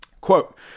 Quote